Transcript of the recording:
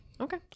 okay